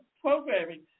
programming